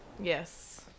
yes